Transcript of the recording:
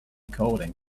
coding